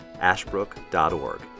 ashbrook.org